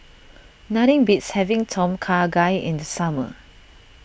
nothing beats having Tom Kha Gai in the summer